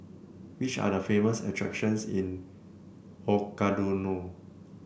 which are the famous attractions in Ouagadougou